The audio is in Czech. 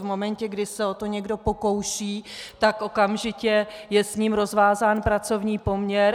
V momentě, kdy se o to někdo pokouší, tak okamžitě je s ním rozvázán pracovní poměr.